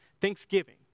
Thanksgiving